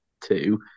Two